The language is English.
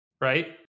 right